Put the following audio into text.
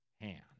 hand